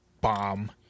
bomb